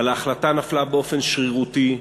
אבל ההחלטה נפלה באופן שרירותי,